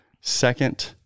Second